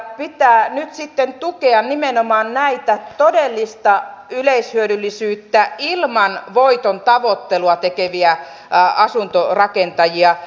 pitää nyt sitten tukea nimenomaan näitä todellista yleishyödyllisyyttä ilman voitontavoittelua tekeviä asuntorakentajia